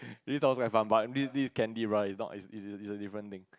this sounds quite fun but this this Canny bar is a not is a is a is a different thing